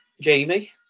Jamie